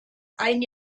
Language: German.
ein